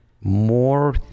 more